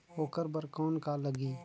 ओकर बर कौन का लगी?